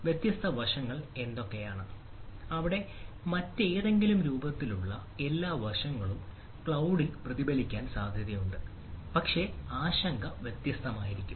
വ്യത്യസ്ത വശങ്ങൾ എന്തൊക്കെയാണ് അവിടെ മറ്റേതെങ്കിലും രൂപത്തിലുള്ള എല്ലാ വശങ്ങളും ക്ലൌഡ്ൽ പ്രതിഫലിക്കാൻ സാധ്യതയുണ്ട് പക്ഷേ ആശങ്ക വ്യത്യസ്തമായിരിക്കും